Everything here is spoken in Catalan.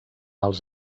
els